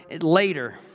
later